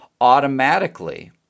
automatically